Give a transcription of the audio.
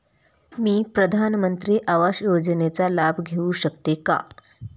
मी प्रधानमंत्री आवास योजनेचा लाभ घेऊ शकते का?